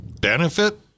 benefit